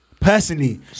Personally